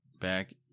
back